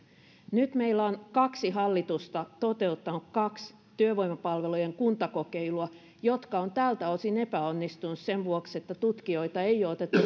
nyt meillä on kaksi hallitusta toteuttanut kaksi työvoimapalvelujen kuntakokeilua jotka ovat tältä osin epäonnistuneet sen vuoksi että tutkijoita ei ole otettu